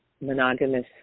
monogamous